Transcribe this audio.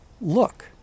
look